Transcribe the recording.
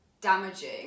damaging